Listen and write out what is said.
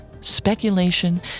speculation